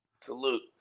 Salute